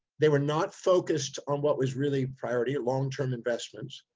they were not focused on what was really priority, longterm investments.